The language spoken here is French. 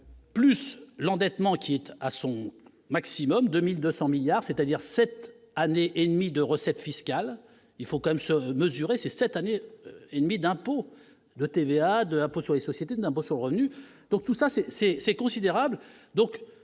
plus l'endettement, quitte à son maximum 2200 milliards, c'est-à-dire 7 années et demie de recettes fiscales, il faut quand même chose mesurer ces 7 années et demie d'impôts de TVA, de l'impôt sur les sociétés d'impôt sur le revenu, donc tout ça c'est, c'est